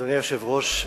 אדוני היושב-ראש,